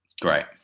Great